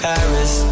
Paris